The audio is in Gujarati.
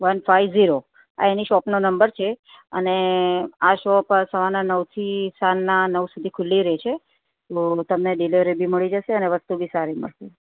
વન ફાઇવ જીરો આ એની શોપનો નંબર છે અને આ શોપ સવારના નવથી સાંજના નવ સુધી ખુલ્લી રહે છે તો તમને ડિલિવરી બી મળી જશે અને વસ્તુ બી સારી મળશે